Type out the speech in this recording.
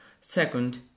Second